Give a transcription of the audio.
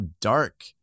dark